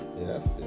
Yes